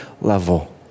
level